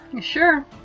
Sure